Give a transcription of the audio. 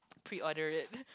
pre-order it